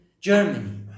Germany